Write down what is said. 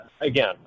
again